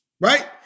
Right